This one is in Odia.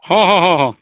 ହଁ ହଁ ହଁ ହଁ